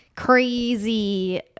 crazy